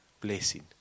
blessing